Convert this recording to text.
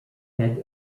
had